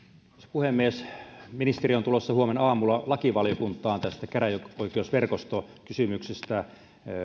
puhemies ministeri on tulossa huomenaamulla lakivaliokuntaan tästä käräjäoikeusverkostokysymyksestä